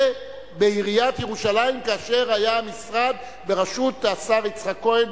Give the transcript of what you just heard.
בעיריית ירושלים כאשר היה המשרד בראשות השר יצחק כהן,